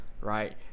Right